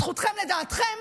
זכותכם לדעתכם,